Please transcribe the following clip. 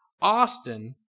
Austin